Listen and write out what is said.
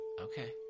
Okay